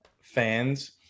fans